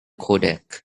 codec